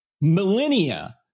millennia